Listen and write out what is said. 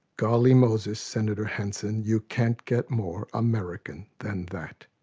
golly moses, senator hanson, you can't get more american than that.